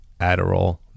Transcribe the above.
Adderall